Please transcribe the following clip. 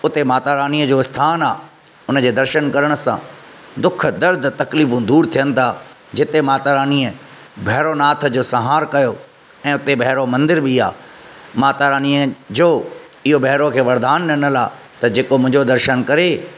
उते माता रानीअ जो स्थान आहे उन जे दर्शन करण सां दुख दर्द तकलीफ़ु दूरि थियनि त जिते माता रानीअ भैरो नाथ जो संहार कयो ऐं उते भैरो मंदर बि आहे माता रानीअ जो इहो भैरो खे वरदान ॾिनल आहे त जेको मुंहिंजो दर्शन करे